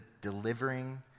delivering